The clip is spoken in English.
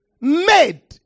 made